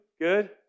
Good